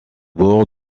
bord